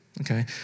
okay